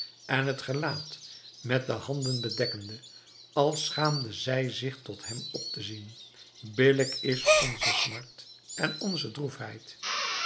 en het gelaat met de handen bedekkende als schaamde zij zich tot hem op te zien billijk is onze smart en onze